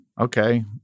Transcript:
okay